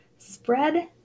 Spread